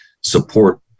support